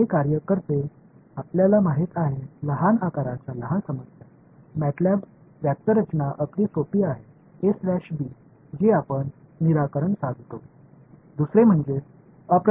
MATLAB syntax மிகவும் எளிமையான a slash bஸ்லாஷ் இப்படித்தான் நாம் ஒரு தீர்வை அடைகிறோம் என்பது உங்களுக்குத் தெரியும்